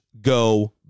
go